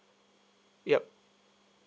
yup